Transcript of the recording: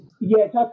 Yes